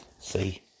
See